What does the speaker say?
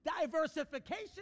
diversification